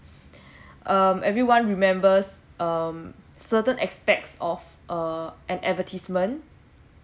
um everyone remembers um certain aspects of err an advertisement